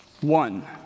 One